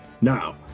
Now